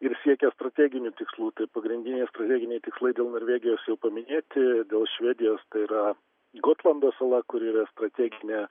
ir siekia strateginių tikslų tai pagrindiniai strateginiai tikslai dėl norvegijos jau paminėti dėl švedijos tai yra gotlando sala kuri yra strateginė